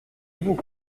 vous